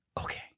Okay